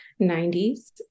90s